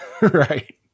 Right